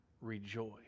rejoice